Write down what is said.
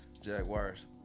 Jaguars